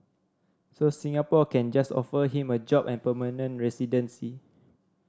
so Singapore can just offer him a job and permanent residency